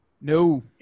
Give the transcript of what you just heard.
No